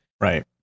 Right